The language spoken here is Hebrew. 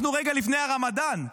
אנחנו רגע לפני הרמדאן.